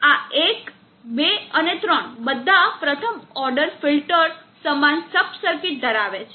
આ એક બે અને ત્રણ બધા પ્રથમ ઓર્ડર ફિલ્ટર્સ સમાન સબ સર્કિટ ધરાવે છે